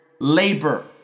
labor